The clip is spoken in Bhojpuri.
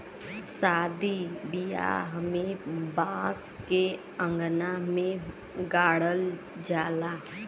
सादी बियाह में बांस के अंगना में गाड़ल जाला